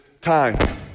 time